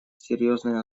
серьезная